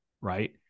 right